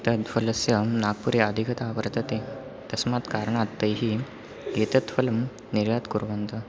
तद् फलस्य नाग्पुरे अधिकता वर्तते तस्मात् कारणात् तैः एतत् फलं निर्यातं कुर्वन्ति